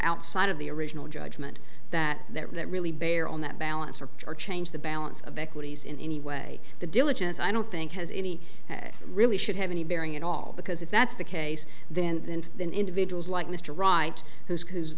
outside of the original judgment that that really bear on that balance or or change the balance of equities in any way the diligence i don't think has any really should have any bearing at all because if that's the case then and then individuals like mr wright whose who